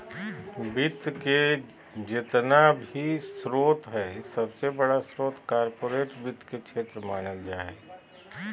वित्त के जेतना भी स्रोत हय सबसे बडा स्रोत कार्पोरेट वित्त के क्षेत्र मानल जा हय